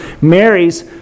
Mary's